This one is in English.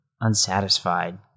unsatisfied